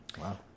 Wow